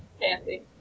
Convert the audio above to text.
Fancy